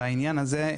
בעניין הזה,